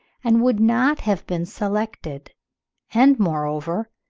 and would not have been selected and moreover,